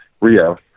Rio